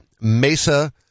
Mesa